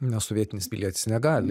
nes sovietinis pilietis negali